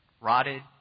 rotted